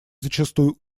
зачастую